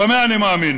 במה אני מאמין?